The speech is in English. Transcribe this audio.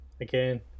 Again